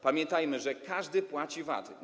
Pamiętajmy, że każdy płaci VAT.